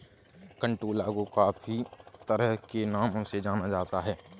कंटोला को काफी तरह के नामों से जाना जाता है